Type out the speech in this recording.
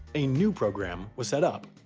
a new program was set up.